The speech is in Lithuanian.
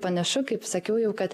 panašu kaip sakiau jau kad